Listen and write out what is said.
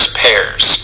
pairs